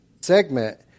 segment